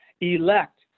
elect